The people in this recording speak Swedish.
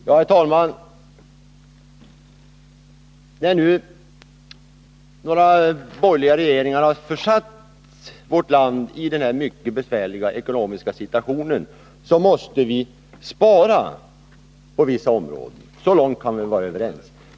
Herr talman! När nu några borgerliga regeringar försatt vårt land i denna mycket besvärliga ekonomiska situation måste vi spara på vissa områden — så långt kan vi vara överens.